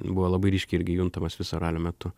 buvo labai ryškiai irgi juntamas viso ralio metu